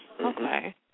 Okay